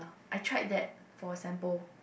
I tried that for sample